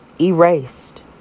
erased